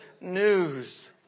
news